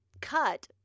cut